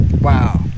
Wow